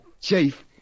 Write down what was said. Chief